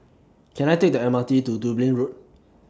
Can I Take The M R T to Dublin Road